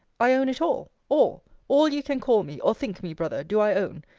i own it all all, all you can call me, or think me, brother, do i own.